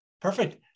Perfect